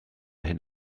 hyn